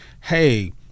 hey